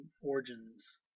origins